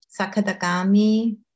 Sakadagami